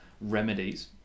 remedies